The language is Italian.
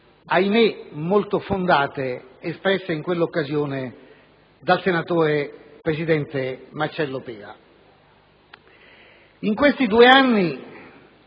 - ahimè, molto fondate - espresse in quella occasione dal senatore presidente Marcello Pera. In questi due anni